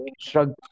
shrug